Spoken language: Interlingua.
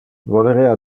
volerea